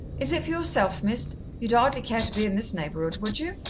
is it for yourself, miss? you'd hardly care to be in this neighbourhood, would you?